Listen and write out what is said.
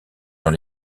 dans